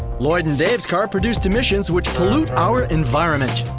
lloyd and dave's car produced emissions which pollute our environment!